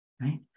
right